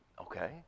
Okay